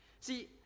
See